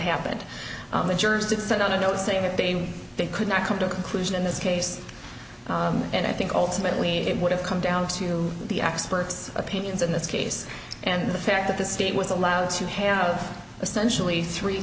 happened the jurors decide on a note saying that they they could not come to a conclusion in this case and i think ultimately it would have come down to the experts opinions in this case and the fact that the state was allowed to have essentially three